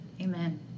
amen